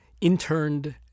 interned